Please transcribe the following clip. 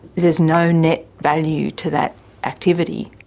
there is no net value to that activity.